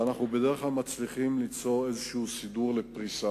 ואנחנו בדרך כלל מצליחים ליצור איזה סידור לפריסה.